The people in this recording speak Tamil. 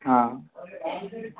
ஆ